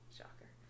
shocker